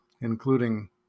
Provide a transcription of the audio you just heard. including